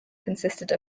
consisted